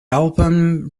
album